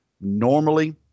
Normally